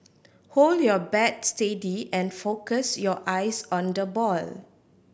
hold your bat steady and focus your eyes on the ball